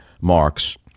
Marx